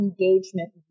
engagement